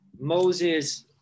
Moses